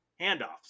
handoffs